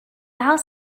house